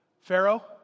Pharaoh